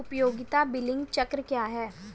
उपयोगिता बिलिंग चक्र क्या है?